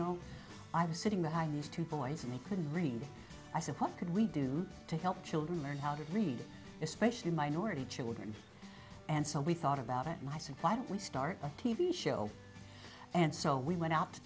know i was sitting behind his two boys and he couldn't read i said what could we do to help children learn how to read especially minority children and so we thought about it and i said why don't we start t v show and so we went out to